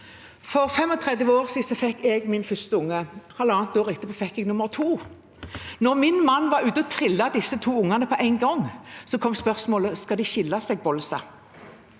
For 35 år siden fikk jeg min første unge. Halvannet år etterpå fikk jeg nummer to. Da min mann var ute og trillet disse to ungene på en gang, kom spørsmålet: Skal de skille seg, Bollestad?